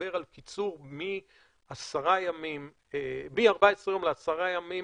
שמדבר על קיצור מ-14 יום לעשרה ימים,